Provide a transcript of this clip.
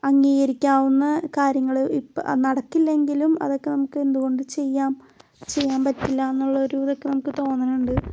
അങ്ങീകരിക്കാവുന്ന കാര്യങ്ങൾ ഇപ്പം നടക്കില്ലെങ്കിലും അതക്കെ നമുക്കെന്തുകൊണ്ട് ചെയ്യാം ചെയ്യാമ്പറ്റില്ലാന്നുള്ളൊരു ഇതൊക്കെ നമുക്ക് തോന്നണുണ്ട്